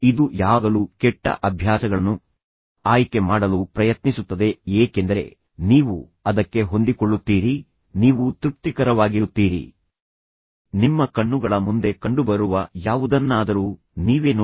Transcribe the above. ಇದು ಯಾವಾಗಲೂ ಕೆಟ್ಟ ಅಭ್ಯಾಸಗಳನ್ನು ಆಯ್ಕೆ ಮಾಡಲು ಪ್ರಯತ್ನಿಸುತ್ತದೆ ಏಕೆಂದರೆ ನೀವು ಅದಕ್ಕೆ ಹೊಂದಿಕೊಳ್ಳುತ್ತೀರಿ ನೀವು ತೃಪ್ತಿಕರವಾಗಿರುತ್ತೀರಿ ನಿಮ್ಮ ಕಣ್ಣುಗಳ ಮುಂದೆ ಕಂಡುಬರುವ ಯಾವುದನ್ನಾದರೂ ನೀವೇ ನೋಡಿ